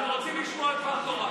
אנחנו רוצים לשמוע דבר תורה.